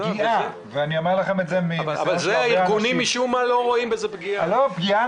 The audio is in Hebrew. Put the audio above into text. משום מה, הארגונים לא רואים בזה פגיעה.